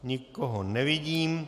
Nikoho nevidím.